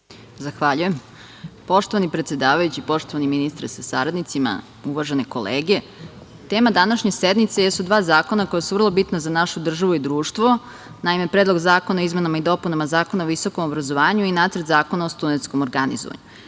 Zahvaljujem. Poštovani predsedavajući, poštovani ministre sa saradnicima, uvažene kolege, tema današnje sednice jesu dva zakona koja su vrlo bitna za našu državu i društvo. Naime, Predlog zakona o izmenama i dopunama Zakona o visokom obrazovanju i Nacrt zakona o studentskom organizovanju. Pre